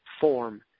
form